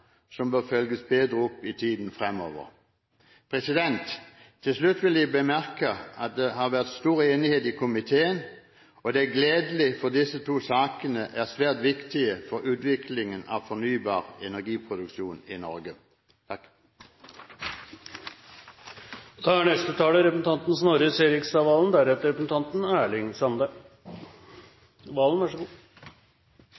som bør følges bedre opp i tiden fremover. Til slutt vil jeg bemerke at det har vært stor enighet i komiteen, og det er gledelig, for disse to sakene er svært viktige for utviklingen av fornybar energiproduksjon i Norge. I framtiden vil Norges fornybarandel i energimiksen være enda høyere enn den er